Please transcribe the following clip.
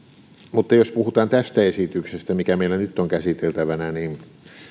mutta jos puhutaan tästä esityksestä mikä meillä nyt on käsiteltävänä niin